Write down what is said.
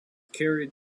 carried